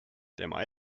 tema